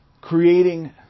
creating